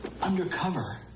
undercover